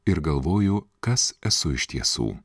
ir galvoju kas esu iš tiesų